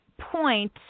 point